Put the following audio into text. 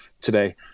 today